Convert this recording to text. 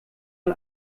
mal